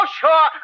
sure